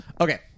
Okay